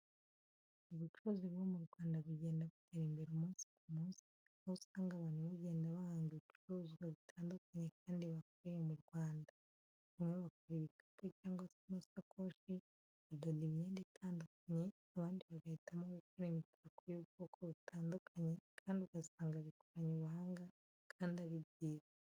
Ubucuruzi bwo mu Rwanda bugenda butera imbere umunsi ku munsi aho usanga abantu bagenda bahanga ibicuruzwa bitandukanye kandi bakoreye mu Rwanda. Bamwe bakora ibikapu cyangwa se amasakoshi, badoda imyenda itandikanye abandi bagahitamo gukora imitako y'ubwoko butandukanye kandi ugasanga bikoranye ubuhanga kandi ari byiza.